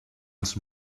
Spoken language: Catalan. els